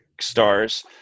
stars